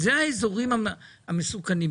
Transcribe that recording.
אלה האזורים המסוכנים.